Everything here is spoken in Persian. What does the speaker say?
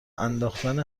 انداختن